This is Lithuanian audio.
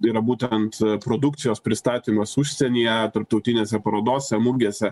yra būtent produkcijos pristatymas užsienyje tarptautinėse parodose mugėse